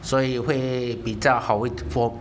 所以会比较好一点 for